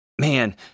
man